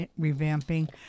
revamping